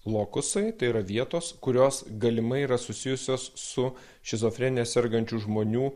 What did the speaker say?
lokusai tai yra vietos kurios galimai yra susijusios su šizofrenija sergančių žmonių